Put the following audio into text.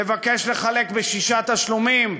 לבקש לחלק לשישה תשלומים,